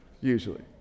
usually